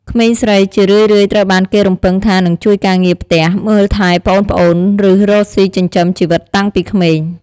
ក្មេងស្រីជារឿយៗត្រូវបានគេរំពឹងថានឹងជួយការងារផ្ទះ មើលថែប្អូនៗ ឬរកស៊ីចិញ្ចឹមជីវិតតាំងពីក្មេង។